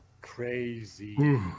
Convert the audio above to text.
crazy